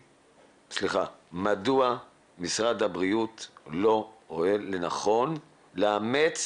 מדוע משרד הבריאות לא רואה לנכון לאמץ